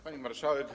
Pani Marszałek!